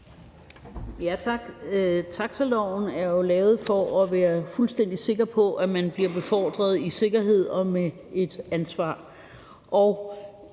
Tak. Taxiloven er jo lavet for, at vi er fuldstændig sikre på, at man bliver befordret i sikkerhed og med et ansvar,